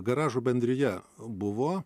garažų bendrija buvo